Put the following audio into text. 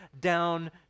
down